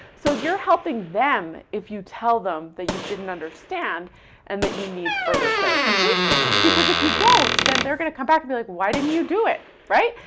so you're helping them if you tell them that you didn't understand and that you need further clarification. because if you don't, then they're gonna come back and be like, why didn't you do it? right,